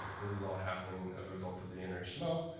this is all happening as a result of the innerhtml.